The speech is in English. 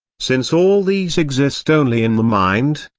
since all these exist only in the mind,